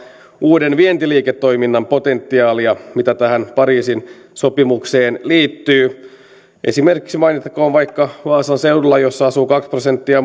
uuden vientiliiketoiminnan potentiaalia mitä tähän pariisin sopimukseen liittyy esimerkiksi mainittakoon vaikka vaasan seutu jolla asuu kaksi prosenttia